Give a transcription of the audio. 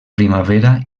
primavera